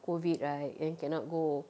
COVID right then cannot go